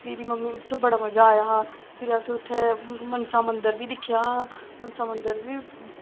फिरी मेरी मम्मी उत्थें बड़ा मज़ा आया हा फिर अस उत्थें मनसा मन्दर बी दिक्खेआ हा मनसा मन्दर बी